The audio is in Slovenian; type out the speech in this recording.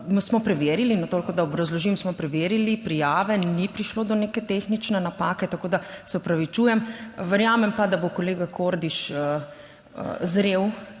smo preverili, toliko da obrazložim, smo preverili prijave. Ni prišlo do neke tehnične napake, tako da se opravičujem. Verjamem pa, da bo kolega Kordiš zrel